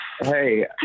Hey